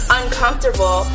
uncomfortable